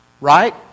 Right